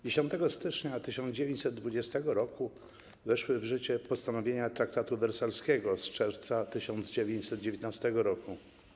10 stycznia 1920 r. weszły w życie postanowienia traktatu wersalskiego z czerwca 1919 r.